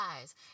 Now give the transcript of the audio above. eyes